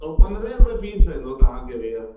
उहे पंद्रहें रुपए पीस पवंदो तव्हां खे भैया